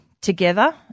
together